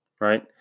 right